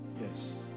Yes